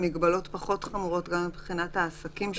במגבלות פחות חמורות מבחינת העסקים.